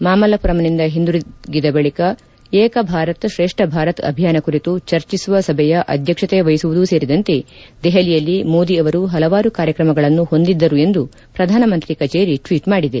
ಮಾಮಲ್ಲಪುರಂನಿಂದ ಹಿಂದಿರುಗಿದ ಬಳಿಕ ಏಕ ಭಾರತ್ ಶ್ರೇಷ್ಠ ಭಾರತ್ ಅಭಿಯಾನ ಕುರಿತು ಚರ್ಚಿಸುವ ಸಭೆಯ ಅಧ್ಯಕ್ಷತೆ ವಹಿಸುವುದು ಸೇರಿದಂತೆ ದೆಹಲಿಯಲ್ಲಿ ಮೋದಿ ಅವರು ಹಲವಾರು ಕಾರ್ಯಕ್ರಮಗಳನ್ನು ಹೊಂದಿದ್ದರು ಎಂದು ಪ್ರಧಾನ ಮಂತ್ರಿ ಕಜೇರಿ ಟ್ವೀಟ್ ಮಾಡಿದೆ